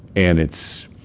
and it's,